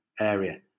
area